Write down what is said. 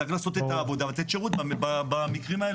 צריך לעשות את העבודה ולתת שירות במקרים האלו.